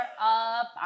up